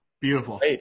Beautiful